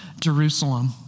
Jerusalem